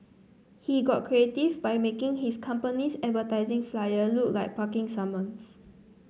he got creative by making his company's advertising flyer look like a parking summons